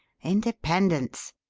independence!